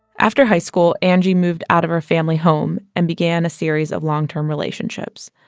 after high school, angie moved out of her family home and began a series of long term relationships.